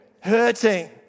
hurting